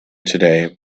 today